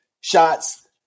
shots